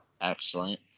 excellent